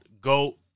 Go